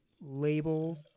label